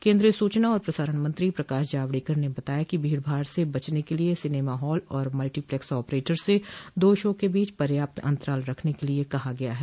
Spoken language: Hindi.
केन्द्रीय सूचना और प्रसारण मंत्री प्रकाश जावड़ेकर ने बताया कि भीड़भाड़ से बचने के लिए सिनेमाहाल और मल्टीप्लेक्स आपरेटर से दो शो के बीच पर्याप्त अन्तराल रखने के लिए कहा गया है